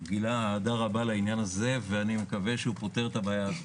שגילה אהדה רבה לעניין הזה ואני מקווה שהוא פותר את הבעיה הזאת.